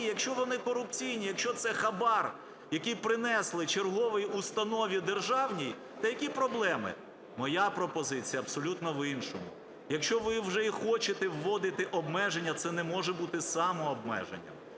якщо вони корупційні, якщо це хабар, який принесли черговій установі державній, то які проблеми. Моя пропозиція абсолютно в іншому. Якщо ви вже і хочете вводити обмеження, це не може бути самообмеженням.